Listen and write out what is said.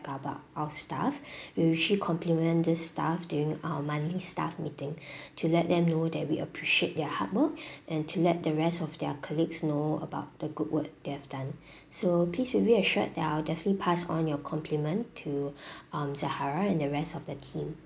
about our staff we'll usually compliment this staff during our monthly staff meeting to let them know that we appreciate their hard work and to let the rest of their colleagues know about the good work they've done so please be reassured that I'll definitely pass on your compliment to um zahara and the rest of the team